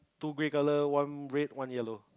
two grey colour one red one yellow